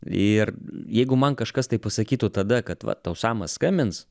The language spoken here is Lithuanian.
ir jeigu man kažkas tai pasakytų tada kad va tau samas skamins